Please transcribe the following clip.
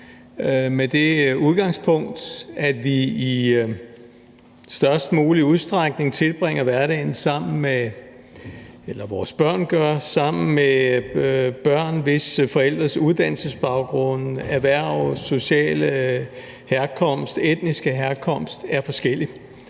med det udgangspunkt, at vores børn i størst mulig udstrækning tilbringer hverdagen sammen med børn, hvis forældres uddannelsesbaggrund, erhverv, sociale herkomst, etniske herkomst er forskellig.